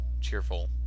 Cheerful